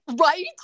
Right